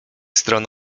stron